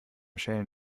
schälen